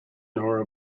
nor